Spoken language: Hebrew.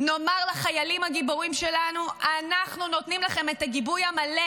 נאמר לחיילים הגיבורים שלנו: אנחנו נותנים לכם את הגיבוי המלא